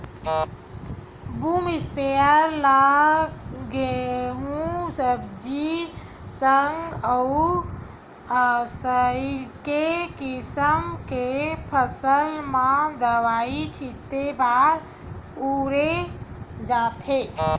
boom sprayer ल गहूँए सब्जी साग अउ असइने किसम के फसल म दवई छिते बर बउरे जाथे